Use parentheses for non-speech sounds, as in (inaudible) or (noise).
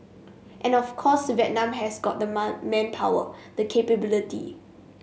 and of course Vietnam has got the (unintelligible) manpower the capability